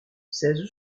seize